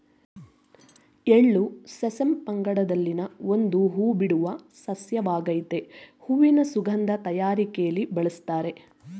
ಎಳ್ಳು ಸೆಸಮಮ್ ಪಂಗಡದಲ್ಲಿನ ಒಂದು ಹೂಬಿಡುವ ಸಸ್ಯವಾಗಾಯ್ತೆ ಹೂವಿನ ಸುಗಂಧ ತಯಾರಿಕೆಲಿ ಬಳುಸ್ತಾರೆ